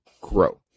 grow